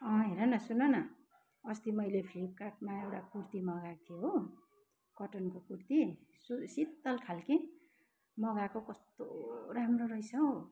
हेर न सुन न अस्ति मैले फ्लिपकार्टमा एउटा कुर्ती मगाएको थिएँ हो कटनको कुर्ती सु शीतल खाले मगाएको कस्तो राम्रो रहेछ